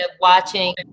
watching